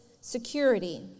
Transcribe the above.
security